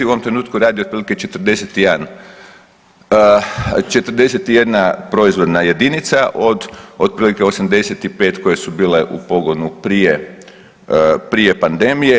U ovom trenutku radi otprilike 41 proizvodna jedinica od otprilike 85 koje su bile u pogonu prije pandemije.